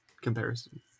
comparison